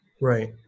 Right